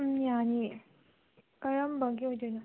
ꯌꯥꯅꯤꯌꯦ ꯀꯔꯝꯕꯒꯤ ꯑꯣꯏꯗꯣꯏꯅꯣ